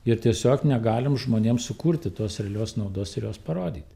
ir tiesiog negalim žmonėms sukurti tos realios naudos ir jos parodyt